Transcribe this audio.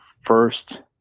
first